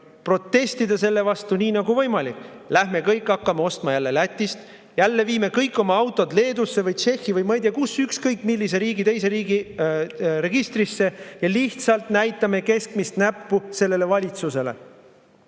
protestida selle vastu nii nagu võimalik. Lähme kõik ja hakkame jälle ostma Lätist. Viime jälle kõik oma autod Leedusse, Tšehhi või ma ei tea kuhu, ükskõik millise teise riigi registrisse, ja lihtsalt näitame keskmist näppu sellele valitsusele.